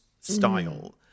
style